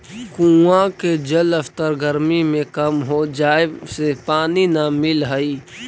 कुआँ के जलस्तर गरमी में कम हो जाए से पानी न मिलऽ हई